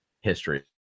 history